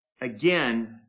again